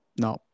No